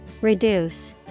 Reduce